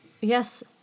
Yes